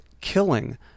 killing